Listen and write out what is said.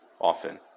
often